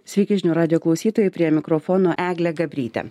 sveiki žinių radijo klausytojai prie mikrofono eglė gabrytė